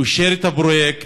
אישר את הפרויקט,